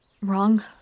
wrong